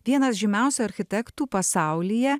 vienas žymiausių architektų pasaulyje